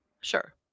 Sure